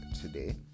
today